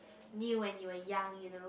new when you were young you know